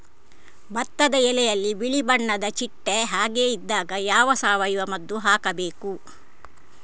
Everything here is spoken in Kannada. ಭತ್ತದ ಎಲೆಯಲ್ಲಿ ಬಿಳಿ ಬಣ್ಣದ ಚಿಟ್ಟೆ ಹಾಗೆ ಇದ್ದಾಗ ಯಾವ ಸಾವಯವ ಮದ್ದು ಹಾಕಬೇಕು?